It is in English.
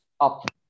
up